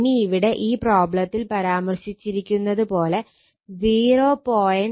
ഇനി ഇവിടെ ഈ പ്രോബ്ലത്തിൽ പരാമർശിച്ചിരിക്കുന്നത് 0